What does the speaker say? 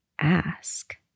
ask